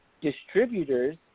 distributors